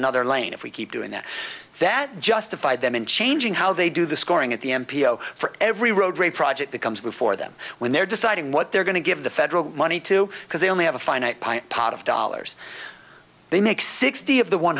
another lane if we keep doing that that justified them in changing how they do the scoring at the m p o for every road project that comes before them when they're deciding what they're going to give the federal money to because they only have a finite pot of dollars they make sixty of the one